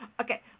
Okay